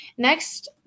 Next